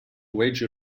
wager